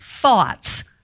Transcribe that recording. thoughts